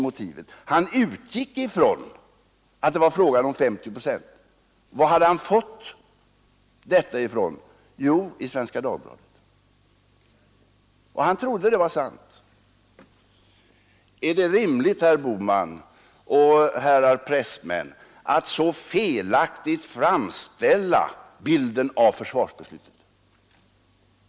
Journalisten utgick från att det var fråga om 50 procent. Var hade han fått detta ifrån? Jo, från Svenska Dagbladet. Och han trodde det var sant. Är det rimligt, herr Bohman och herrar pressmän, att så felaktigt framställa bilden av försvarsbeslutet?